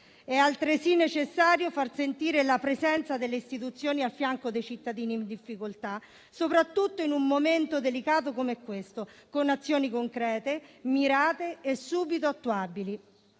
È altresì necessario far sentire la presenza delle istituzioni al fianco dei cittadini in difficoltà, soprattutto in un momento delicato come questo, con azioni concrete, mirate e subito attuabili.